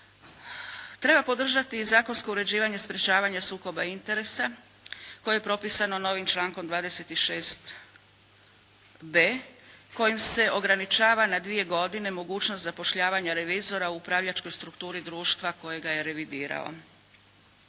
Treba podržati zakonsko uređivanje sprečavanja sukoba interesa koje je propisano novim člankom 26.b kojim se ograničava na dvije godine mogućnost zapošljavanja revizora u upravljačkoj strukturi društva koje ga je revidiralo.